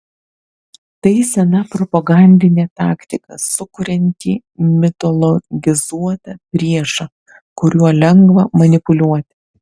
tai sena propagandinė taktika sukuriantį mitologizuotą priešą kuriuo lengva manipuliuoti